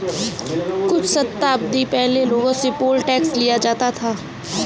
कुछ शताब्दी पहले लोगों से पोल टैक्स लिया जाता था